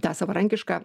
tą savarankišką